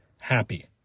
happy